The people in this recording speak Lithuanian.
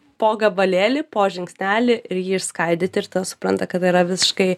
po gabalėlį po žingsnelį ir jį išskaidyti ir tą supranta kad yra visiškai